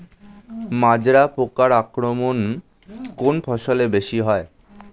মাজরা পোকার আক্রমণ কোন ফসলে বেশি হয়?